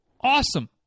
Awesome